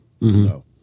No